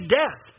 death